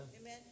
Amen